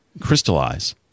crystallize